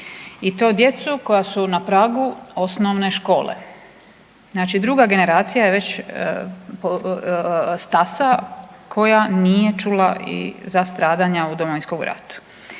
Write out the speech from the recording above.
i to djecu koja su na pragu osnovne škole. Znači druga generacija je već stasa koja nije čula za stradanja u Domovinskom ratu.